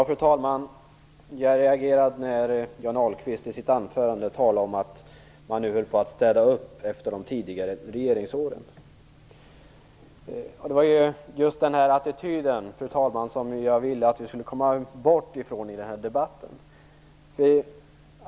Fru talman! Jag reagerade när Johnny Ahlqvist i sitt anförande talade om att man nu höll på att städa upp efter de tidigare regeringsåren. Det var just den attityden som jag ville att vi skulle komma bort från i den här debatten.